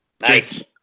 Nice